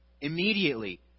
Immediately